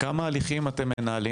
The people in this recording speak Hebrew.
כמה הליכים אתם מנהלים,